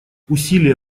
усилия